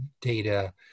data